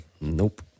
Nope